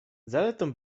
zaletą